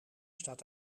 staat